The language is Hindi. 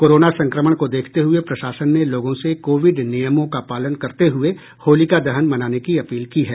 कोरोना संक्रमण को देखते हुये प्रशासन ने लोगों से कोविड नियमों का पालन करते हुये होलिका दहन मनाने की अपील की है